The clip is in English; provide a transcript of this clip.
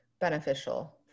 beneficial